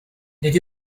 nid